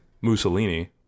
Mussolini